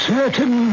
Certain